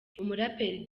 umuraperi